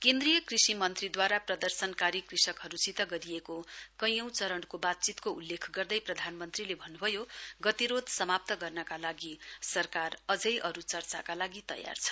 केन्द्रीय कृषि मन्त्रीद्वारा प्रदर्शनकारी कृषकहरूसित गरिएको कैयौं चरणको बातचीतको उल्लेख गर्दै प्रधानमन्त्रीले भन्नुभयो गतिरोध समाप्त गर्नका लागि सरकार अझै अरू चर्चाका लागि तयार छ